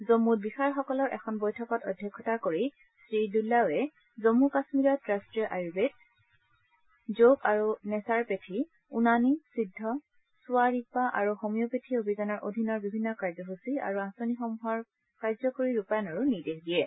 জম্মুত বিষয়াসকলৰ এখন বৈঠকত অধ্যক্ষতা কৰি শ্ৰীদুল্লাঅয়ে জম্ম কাশ্মীৰত ৰাষ্টীয় আয়ুৰ্বেদ যোগ আৰু নেচাৰপেথী উনানী সিদ্ধ চোৱা ৰিকপা আৰু হোমিঅপেথী অভিযানৰ অধীনৰ বিভিন্ন কাৰ্যসূচী আৰু আঁচনিসমূহৰ কাৰ্যকৰী ৰূপায়ণৰো নিৰ্দেশ দিয়ে